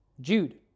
Jude